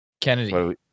Kennedy